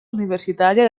universitària